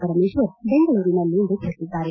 ಪರಮೇಶ್ವರ್ ಬೆಂಗಳೂರಿನಲ್ಲಿಂದು ತಿಳಿಸಿದ್ದಾರೆ